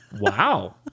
Wow